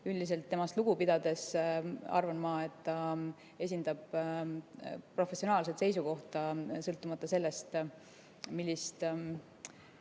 Üldiselt temast lugu pidades arvan ma, et ta esindab professionaalset seisukohta, sõltumata sellest, millise